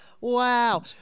Wow